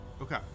okay